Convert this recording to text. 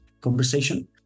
conversation